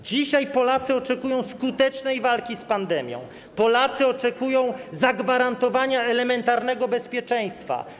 Dzisiaj Polacy oczekują skutecznej walki z pandemią, Polacy oczekują zagwarantowania elementarnego bezpieczeństwa.